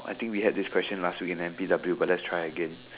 I think we had this question last week at A_M_P_W but let's try again